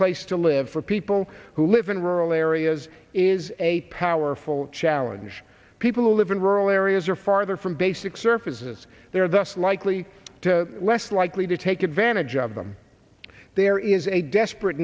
place to live for people who live in rural areas is a powerful challenge people who live in rural areas are farther from basic services they are thus likely to less likely to take advantage of them there is a desperate